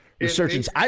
resurgence